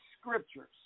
scriptures